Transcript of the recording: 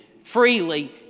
freely